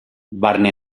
barne